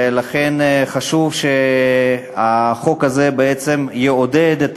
ולכן חשוב שהחוק הזה בעצם יעודד את